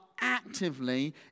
actively